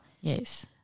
Yes